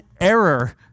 error